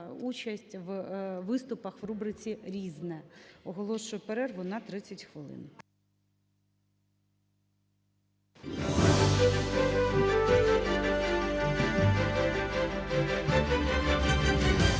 участь у виступах у рубриці "Різне". Оголошую перерву на 30 хвилин.